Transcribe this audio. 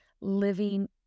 living